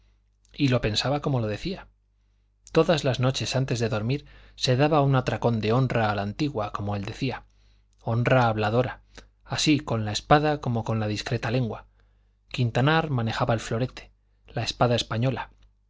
y lo pensaba como lo decía todas las noches antes de dormir se daba un atracón de honra a la antigua como él decía honra habladora así con la espada como con la discreta lengua quintanar manejaba el florete la espada española